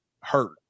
hurt